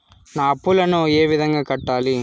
నా అప్పులను ఏ విధంగా కట్టాలి?